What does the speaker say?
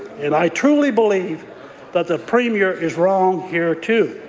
and i truly believe that the premier is wrong here too.